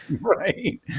Right